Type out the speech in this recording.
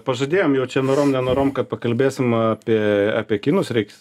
pažadėjom jau čia norom nenorom kad pakalbėsim apie apie kinus reiks